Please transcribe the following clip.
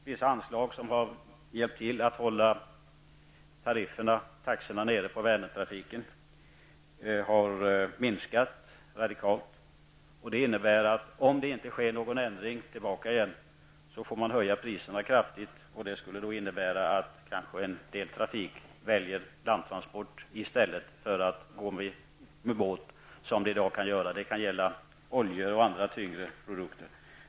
Vissa anslag som har hjälpt till att hålla taxorna nere på Vänertrafiken har minskat radikalt. Det innebär att om det inte sker någon ändring tillbaka igen, så får priserna höjas kraftigt. Det skulle kanske medföra att man för en del gods väljer landtransport i stället för sjötransport; det kan gälla oljor och andra tyngre produkter.